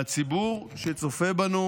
והציבור, שצופה בנו